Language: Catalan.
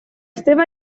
seva